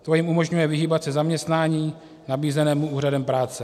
To jim umožňuje vyhýbat se zaměstnání nabízenému úřadem práce.